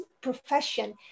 profession